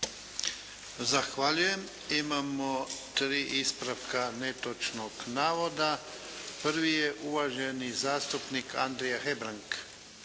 Zahvaljujem. Imamo dva ispravka netočnih navoda. Prvi je uvaženi zastupnik Gordan Maras.